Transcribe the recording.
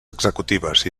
executives